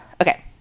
okay